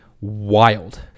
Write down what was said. wild